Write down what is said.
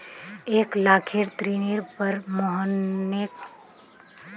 एक लाखेर ऋनेर पर मोहनके प्रति माह एक हजार रुपया दीबा ह छेक